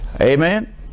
Amen